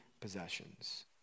possessions